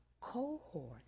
cohort